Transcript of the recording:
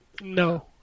No